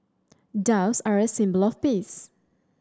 doves are a symbol of peace